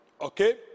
okay